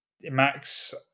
Max